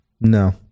No